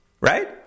Right